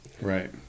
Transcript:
Right